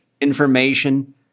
information